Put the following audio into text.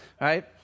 right